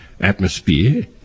atmosphere